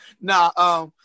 Nah